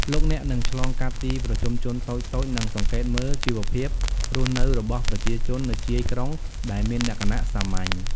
លោកអ្នកនឹងឆ្លងកាត់ទីប្រជុំជនតូចៗ និងសង្កេតមើលជីវភាពរស់នៅរបស់ប្រជាជននៅជាយក្រុងដែលមានលក្ខណៈសាមញ្ញ។